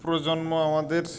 প্রজন্ম আমাদের